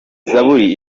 zaburi